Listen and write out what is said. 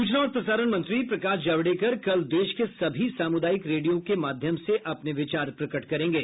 सूचना और प्रसारण मंत्री प्रकाश जावड़ेकर कल देश के सभी सामुदायिक रेडियो के माध्यम से अपने विचार प्रकट करेंगे